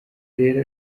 rero